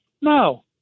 No